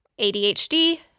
ADHD